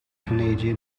canadian